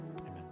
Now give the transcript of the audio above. amen